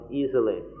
easily